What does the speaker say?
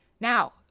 Now